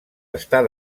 estar